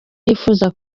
yifuza